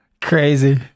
Crazy